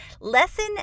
Lesson